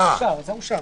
אושר.